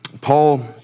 Paul